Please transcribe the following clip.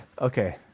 Okay